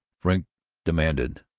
frink demanded,